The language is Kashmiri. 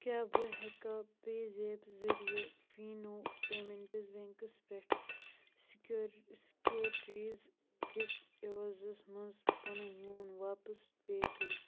کیٛاہ بہٕ ہٮ۪کا پے زیپ ذٔریعہٕ فیٖنو پیمٮ۪نٛٹَس بٮ۪نٛکس پٮ۪ٹھ سِکیور سِکیورٹیٖز کِس عِوزَس منٛز پَنُن لون واپس پے کٔرِتھ